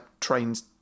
trains